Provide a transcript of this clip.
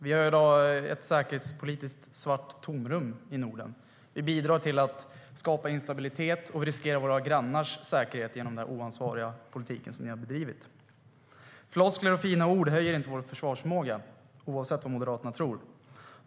Vi är i dag ett säkerhetspolitiskt svart tomrum i Norden. Vi bidrar till att skapa instabilitet, och vi riskerar våra grannars säkerhet genom den oansvariga politik som ni har bedrivit. Floskler och fina ord höjer inte vår försvarsförmåga, oavsett vad Moderaterna tror.